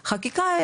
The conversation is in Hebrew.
חקיקה,